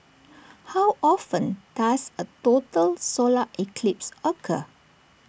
how often does A total solar eclipse occur